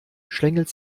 schlängelt